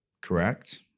Correct